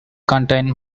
contain